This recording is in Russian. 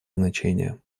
значение